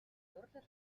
дурлал